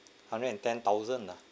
a hundred and ten thousand lah